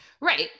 right